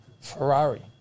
Ferrari